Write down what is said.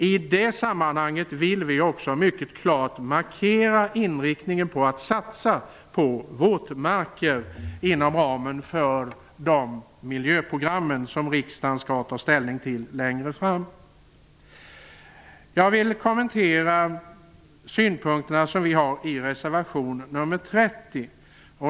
I det sammanhanget vill vi mycket klart markera inriktningen på att satsa på våtmarker inom ramen för de miljöprogram som riksdagen skall ta ställning till längre fram. Jag vill kommentera våra synpunkter i reservation 30.